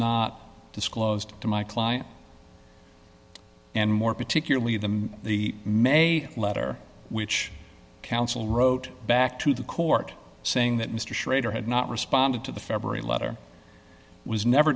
not disclosed to my client and more particularly the the may letter which counsel wrote back to the court saying that mr schrader had not responded to the february letter was never